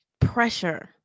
pressure